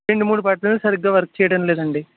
రెండు మూడు బటన్స్ సరిగ్గా వర్క్ చేయడం లేదండి